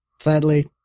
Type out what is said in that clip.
sadly